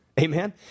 Amen